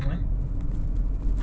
oh different room sia